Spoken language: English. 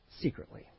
secretly